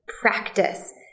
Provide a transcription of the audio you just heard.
practice